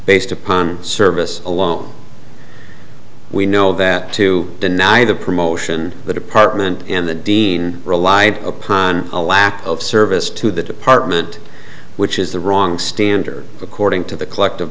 based upon service alone we know that to deny the promotion the department and the dean relied upon a lack of service to the department which is the wrong standard according to the collective